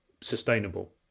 sustainable